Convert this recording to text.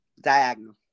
Diagonal